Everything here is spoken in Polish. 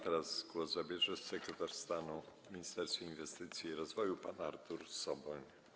Teraz głos zabierze sekretarz stanu w Ministerstwie Inwestycji i Rozwoju pan Artur Soboń.